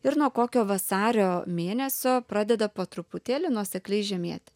ir nuo kokio vasario mėnesio pradeda po truputėlį nuosekliai žemėti